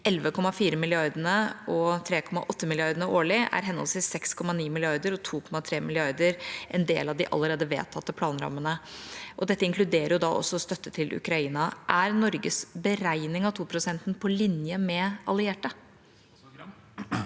11,4 mrd. kr og 3,8 mrd. kr årlig er henholdsvis 6,9 mrd. kr og 2,3 mrd. kr en del av de allerede vedtatte planrammene. Dette inkluderer da også støtte til Ukraina. Er Norges beregning av 2-prosenten på linje med våre alliertes